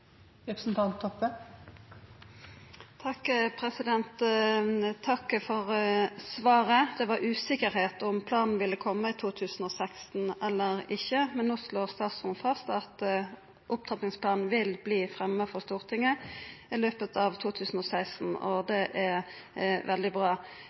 for svaret. Det var usikkerheit med omsyn til om planen ville koma i 2016 eller ikkje, men no slår statsråden fast at opptrappingsplanen vil verta fremma for Stortinget i løpet av 2016, og det er veldig bra.